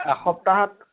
এসপ্তাহত